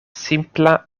simpla